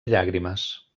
llàgrimes